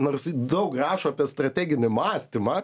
nors ir daug rašo apie strateginį mąstymą